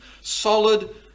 Solid